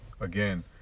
again